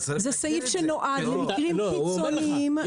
זה סעיף שנועד למקרים קיצוניים -- הוא אומר